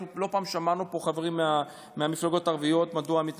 אנחנו לא פעם שמענו פה חברים מהמפלגות הערביות מדוע הם מתנגדים.